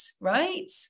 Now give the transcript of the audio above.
right